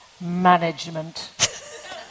management